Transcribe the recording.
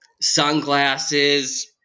Sunglasses